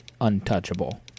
untouchable